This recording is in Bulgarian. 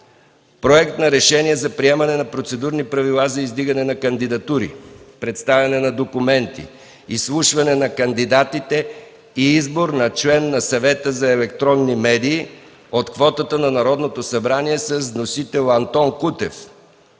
Проект на Решение за приемане на Процедурни правила за издигане на кандидатури, представяне на документи, изслушване на кандидатите и избор на член на Съвета за електронни медии от квотата на Народното събрание. Вносител – Антон Кутев.